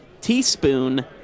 teaspoon